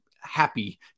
happy